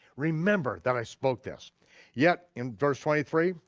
remember that i spoke this yet, in verse twenty three,